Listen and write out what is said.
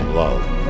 love